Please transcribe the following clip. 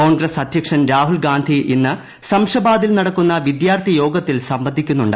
കോൺഗ്രസ് അധ്യക്ഷൻ രാഹുൽഗാന്ധി ഇന്ന് സംഷബാദിൽ നടക്കുന്ന വിദ്യാർത്ഥി യോഗത്തിൽ സംബന്ധിക്കുന്നുണ്ട്